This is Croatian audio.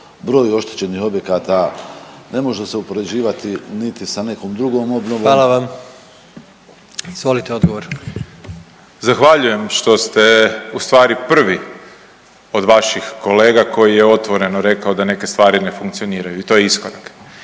broju oštećenih objekata, ne može se upoređivati niti sa nekom drugom obnovom … **Jandroković, Gordan (HDZ)** Izvolite odgovor. **Grbin, Peđa (SDP)** Zahvaljujem što ste ustvari prvi od vaših kolega koji je otvoreno rekao da neke stvari ne funkcioniraju i to je iskorak,